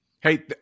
Hey